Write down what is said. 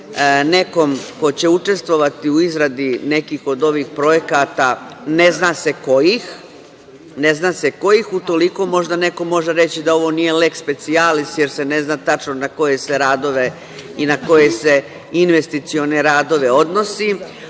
nekome ko će učestvovati u izradi nekih od ovih projekata, ne zna se kojih, utoliko možda neko može reći da ovo nije leks specijalis, jer se ne zna tačno na koje se radove i na koje se investicione radove odnosi,